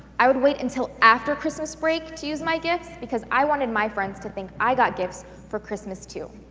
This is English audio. i would wait until after christmas break to use my gifts, because i wanted my friends to think i got gifts for christmas too.